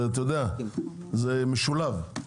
זה משולב.